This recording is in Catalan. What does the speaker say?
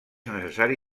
necessari